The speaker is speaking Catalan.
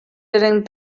eren